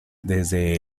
desde